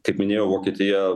kaip minėjau vokietija